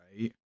right